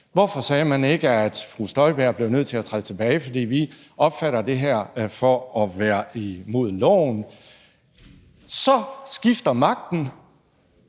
Hvorfor sagde man ikke, at fru Inger Støjberg blev nødt til at træde tilbage, fordi man opfattede det her som at være imod loven? Så skifter magten,